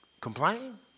complain